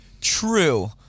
True